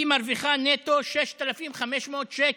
היא מרוויחה נטו 6,500 שקל,